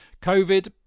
COVID